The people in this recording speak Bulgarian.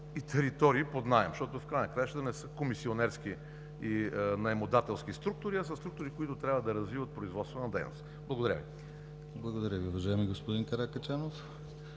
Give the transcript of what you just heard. и територии под наем. Защото в края на краищата не са комисионерски и наемодателски структури, а са структури, които трябва да развиват производствена дейност. Благодаря Ви. ПРЕДСЕДАТЕЛ ДИМИТЪР ГЛАВЧЕВ: Благодаря Ви, уважаеми господин Каракачанов.